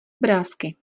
obrázky